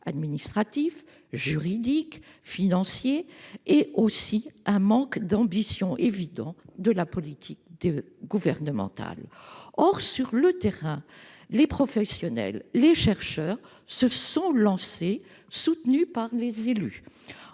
administratifs, juridiques, financiers. S'y ajoute un manque d'ambition évident de la politique gouvernementale. Or, sur le terrain, les professionnels et les chercheurs se sont lancés, soutenus par les élus.